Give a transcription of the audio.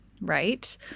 right